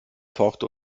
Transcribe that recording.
fauchte